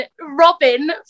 robin